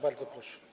Bardzo proszę.